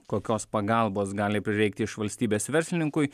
kokios pagalbos gali prireikti iš valstybės verslininkui